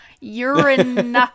urine